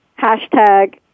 hashtag